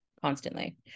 Constantly